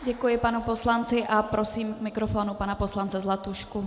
Děkuji panu poslanci a prosím k mikrofonu pana poslance Zlatušku.